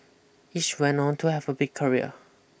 each went on to have a big career